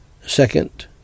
Second